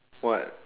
why